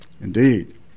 Indeed